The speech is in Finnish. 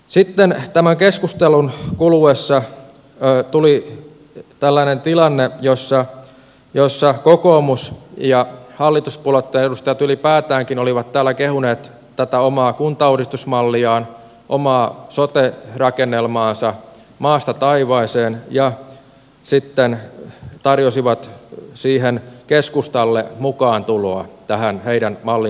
sitten tämän keskustelun kuluessa tuli tällainen tilanne jossa kokoomus ja hallituspuolueitten edustajat ylipäätäänkin olivat täällä kehuneet tätä omaa kuntauudistusmalliaan omaa sote rakennelmaansa maasta taivaaseen ja sitten tarjosivat keskustalle mukaantuloa tämän heidän mallinsa taakse